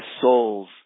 souls